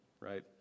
right